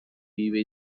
vive